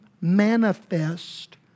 manifest